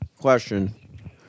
question